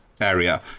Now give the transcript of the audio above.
area